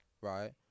right